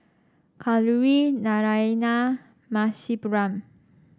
Kalluri Naraina Rasipuram